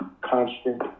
constant